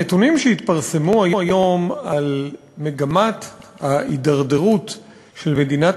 הנתונים שהתפרסמו היום על מגמת ההידרדרות של מדינת